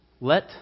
Let